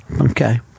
Okay